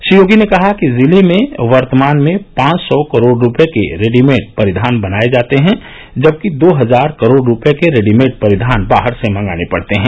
श्री योगी ने कहा कि जिले में वर्तमान में पांच सौ करोड़ रूपये के रेडीमेड परिधान बनाये जाते हैं जबकि दो हजार करोड़ रूपये के रेडीमेड परिधान बाहर से मंगाने पड़ते हैं